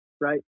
right